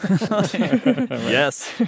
Yes